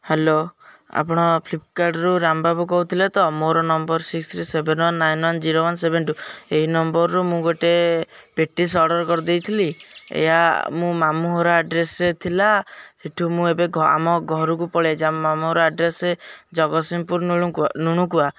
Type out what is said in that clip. hello ଆପଣ ଫ୍ଲିପକାର୍ଟରୁ ରାମବାବୁ କହୁଥିଲେ ତ ମୋର number six three seven one nine one zero one seven two ଏଇ ନମ୍ବରରୁ ମୁଁ ଗୋଟେ ପେଟିସ୍ ଅର୍ଡ଼ର୍ କରିଦେଇଥିଲି ଏହା ମୋ ମାମୁଁଘର ଆଡ୍ରେସ୍ରେ ଥିଲା ସେଠୁ ମୁଁ ଏବେ ଘ ଆମ ଘରକୁ ପଳାଇ ଆସିଛି ଆମ ମାମୁଁ ଘର ଆଡ୍ରେସ୍ ଜଗତସିଂହପୁର ନୁଣୁକୁଆ ନୁଣୁକୁଆ